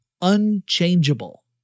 unchangeable